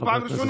זו פעם ראשונה.